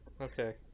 okay